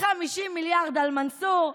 50 מיליארד על מנסור.